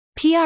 PR